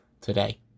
today